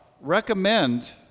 recommend